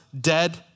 dead